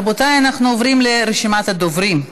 רבותיי, אנחנו עוברים לרשימת הדוברים.